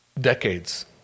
decades